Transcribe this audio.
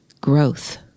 growth